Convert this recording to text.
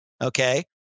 okay